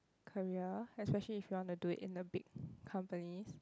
career especially if you want to do it in a big companies